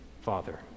Father